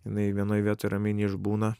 jinai vienoj vietoj ramiai neišbūna